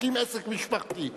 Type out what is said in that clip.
תקים עסק משפחתי,